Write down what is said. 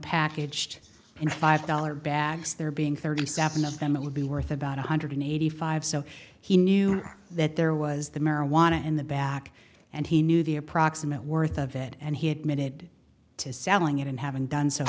packaged in five dollar bags there being thirty seven of them it would be worth about one hundred eighty five so he knew that there was the marijuana in the back and he knew the approximate worth of it and he admitted to selling it and having done so